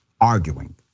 arguing